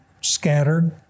scattered